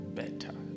better